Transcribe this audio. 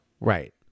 Right